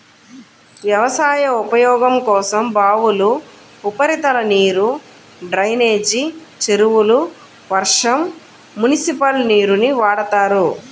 వ్యవసాయ ఉపయోగం కోసం బావులు, ఉపరితల నీరు, డ్రైనేజీ చెరువులు, వర్షం, మునిసిపల్ నీరుని వాడతారు